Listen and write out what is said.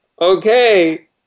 Okay